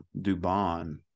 Dubon